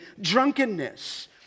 drunkenness